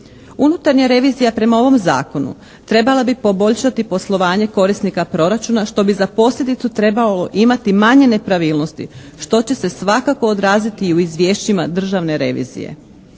Unutarnja revizija prema ovom zakonu trebala bi poboljšati poslovanje korisnika proračuna što bi za posljedicu trebalo imati manje nepravilnosti što će se svakako odraziti i u izvješćima državne revizije.